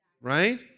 right